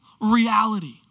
reality